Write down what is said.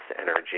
energy